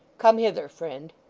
come hither, friend